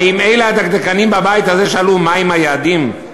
האם אלה הדקדקנים בבית הזה שאלו מהם היעדים?